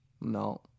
No